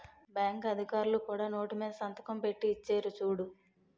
bank అధికారులు కూడా note మీద సంతకం పెట్టి ఇచ్చేరు చూడు